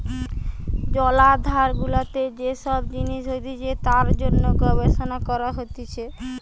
জলাধার গুলাতে যে সব জিনিস হতিছে তার জন্যে গবেষণা করা হতিছে